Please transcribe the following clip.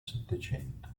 settecento